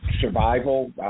survival